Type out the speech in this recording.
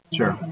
Sure